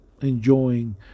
enjoying